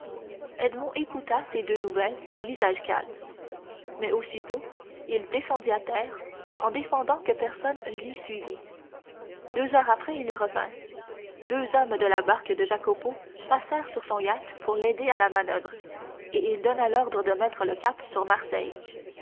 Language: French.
écouta ces deux nouvelles d'un visage calme mais aussitôt il descendit à terre en défendant que personne l'y suivît deux heures après il revint deux hommes de la barque de jacopo passèrent sur son yacht pour l'aider à la manoeuvre et il donna l'ordre de mettre le cap sur marseille